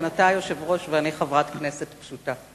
שכן אתה היושב-ראש ואני חברת כנסת פשוטה.